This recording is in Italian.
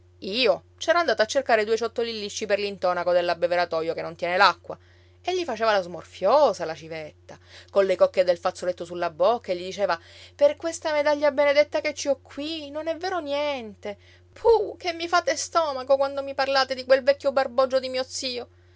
io ci ero andato a cercare due ciottoli lisci per l'intonaco dell'abbeveratoio che non tiene l'acqua e gli faceva la smorfiosa la civetta colle cocche del fazzoletto sulla bocca e gli diceva per questa medaglia benedetta che ci ho qui non è vero niente puh che mi fate stomaco quando mi parlate di quel vecchio barbogio di mio zio